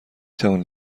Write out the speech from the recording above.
توانید